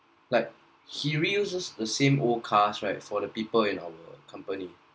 like he reuses the same old cars right for the people in our company